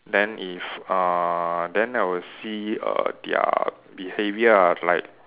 then if uh then I will see err their behaviour ah like